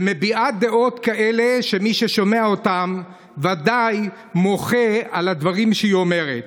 ומביעה דעות כאלה שמי ששומע אותן ודאי מוחה על הדברים שהיא אומרת.